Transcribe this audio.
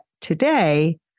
today